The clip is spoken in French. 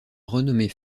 renommée